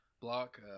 block